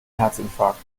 herzinfarkt